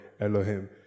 Elohim